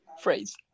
phrase